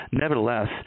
Nevertheless